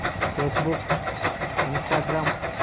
Facebook Instagram